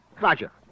Roger